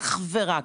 אך ורק,